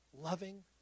loving